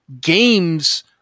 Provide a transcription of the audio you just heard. games